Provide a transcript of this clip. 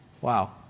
Wow